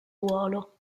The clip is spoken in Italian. ruolo